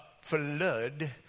flood